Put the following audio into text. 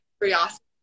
curiosity